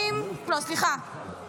סליחה,